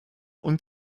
und